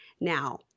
Now